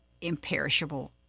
imperishable